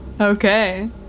Okay